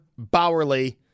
Bowerly